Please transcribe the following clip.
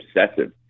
obsessive